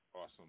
Awesome